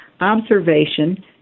observation